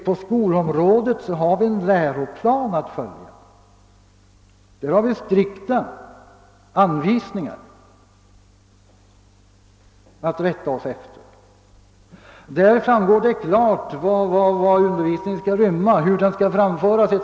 På skolområdet har vi en läroplan med strikta anvisningar att rätta oss efter. Där framgår det klart vad undervisningen skall inrymma och hur den skall framföras.